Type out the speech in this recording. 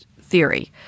theory